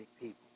people